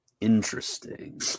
Interesting